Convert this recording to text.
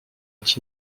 est